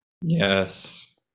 Yes